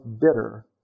bitter